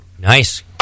Nice